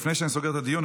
לפני שאני סוגר את הדיון,